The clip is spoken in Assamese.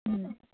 অঁ